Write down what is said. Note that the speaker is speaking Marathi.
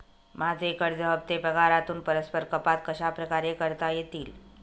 माझे कर्ज हफ्ते पगारातून परस्पर कपात कशाप्रकारे करता येतील?